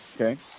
okay